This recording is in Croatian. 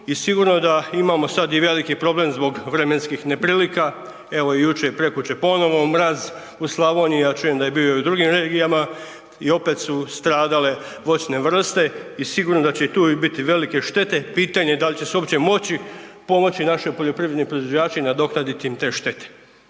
i sigurno da imamo sad i veliki problem zbog vremenskih neprilika. Evo jučer i prekjučer ponovo mraz u Slavoniji, a čujem da je bio i u drugim regijama i opet su stradale voćne vrste i sigurno da će i tu biti velike štete, pitanje da li će se uopće moći pomoći našim poljoprivrednim proizvođačima i nadoknaditi im te štete.